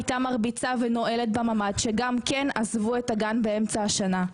הייתה מרביצה והייתה נועלת בממ"ד ולכן עזבו את הגן באמצע השנה.